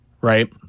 right